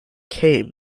came